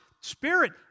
Spirit